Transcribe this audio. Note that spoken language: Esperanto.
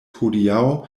hodiaŭ